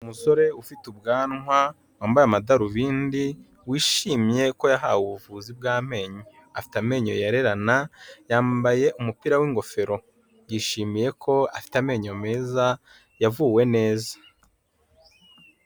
Umusore ufite ubwanwa wambaye amadarubindi, wishimye ko yahawe ubuvuzi bw'amenyo, afite amenyo yererana yambaye umupira w'ingofero, yishimiye ko afite amenyo meza yavuwe neza.